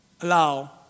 allow